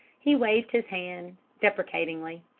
he waved his hand deprecatingly.